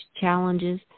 challenges